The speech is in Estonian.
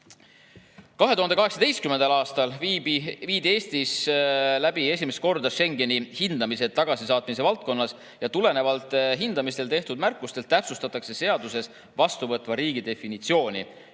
2018. aastal viidi Eestis esimest korda läbi Schengeni hindamised tagasisaatmise valdkonnas ja tulenevalt hindamistel tehtud märkustest täpsustatakse seaduses vastuvõtva riigi definitsiooni.